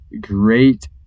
great